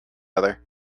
other